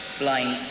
blind